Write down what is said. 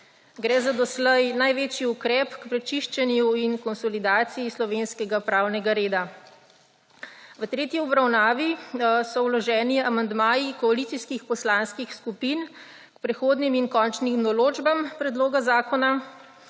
Gre za doslej največji ukrep k prečiščenju in konsolidaciji slovenskega pravnega reda. V tretji obravnavi so vloženi amandmaji koalicijskih poslanskih skupin k prehodnim in končnim določbam predloga zakona.